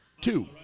two